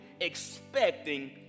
expecting